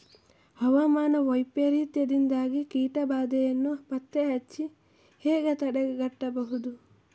ಹವಾಮಾನ ವೈಪರೀತ್ಯದಿಂದಾಗಿ ಕೀಟ ಬಾಧೆಯನ್ನು ಪತ್ತೆ ಹಚ್ಚಿ ಹೇಗೆ ತಡೆಗಟ್ಟಬಹುದು?